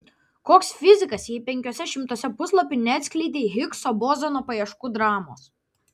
koks fizikas jei penkiuose šimtuose puslapių neatskleidei higso bozono paieškų dramos